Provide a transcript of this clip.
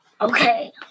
Okay